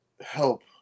help